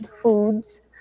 foods